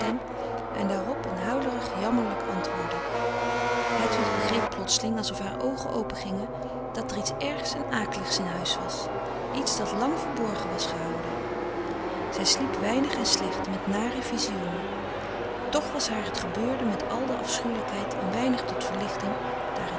en daarop een huilerig jammerlijk antwoorden hedwig begreep plotseling alsof haar oogen opengingen dat er iets ergs en akeligs in huis was iets dat lang verborgen was gehouden ze sliep weinig en slecht met nare vizioenen toch was haar het gebeurde met al de afschuwelijkheid een weinig tot verlichting daar